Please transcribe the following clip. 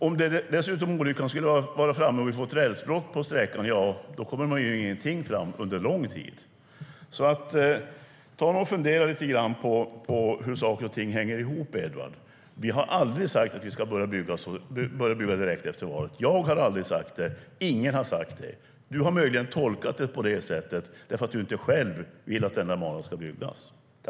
Om olyckan dessutom skulle vara framme och vi får ett rälsbrott på sträckan kommer ingenting fram under lång tid. Ta du och fundera lite grann på hur saker och ting hänger ihop, Edward! Vi har aldrig sagt att vi ska börja bygga direkt efter valet. Jag har aldrig sagt det. Ingen har sagt det. Du har möjligen tolkat det på det sättet eftersom du själv inte vill att banan ska byggas.